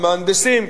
המהנדסים,